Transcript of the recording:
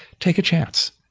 take a chance.